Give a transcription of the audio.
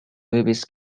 movies